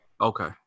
Okay